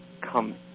come